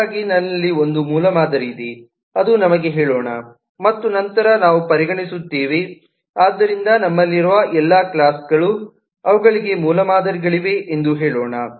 ಹಾಗಾಗಿ ನನ್ನಲ್ಲಿ ಒಂದು ಮೂಲಮಾದರಿಯಿದೆ ಅದು ನಮಗೆ ಹೇಳೋಣ ಮತ್ತು ನಂತರ ನಾವು ಪರಿಗಣಿಸುತ್ತೇವೆ ಆದ್ದರಿಂದ ನಮ್ಮಲ್ಲಿರುವ ಎಲ್ಲಾ ಕ್ಲಾಸ್ಗಳು ಅವುಗಳಿಗೆ ಮೂಲಮಾದರಿಗಳಿವೆ ಎಂದು ಹೇಳೋಣ